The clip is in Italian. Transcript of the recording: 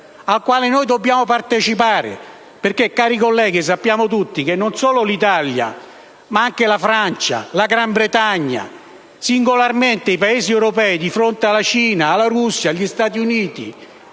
al quale noi dobbiamo partecipare. Cari colleghi, sappiamo tutti che non solo l'Italia, ma anche la Francia e la Gran Bretagna, singolarmente i Paesi europei, di fronte alla Cina, alla Russia, agli Stati Uniti